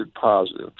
positive